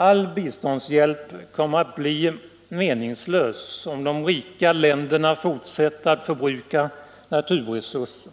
Allt bistånd kommer att bli meningslöst, om de rika länderna fortsätter att förbruka världens naturresurser.